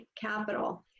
Capital